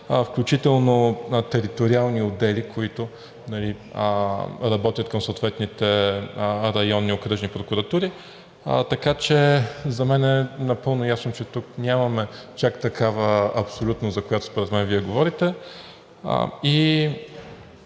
Включително териториални отдели, които работят към съответните районни окръжни прокуратури. Така че за мен е напълно ясно, че тук нямаме чак такава абсолютност, за която според мен говорите.